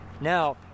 now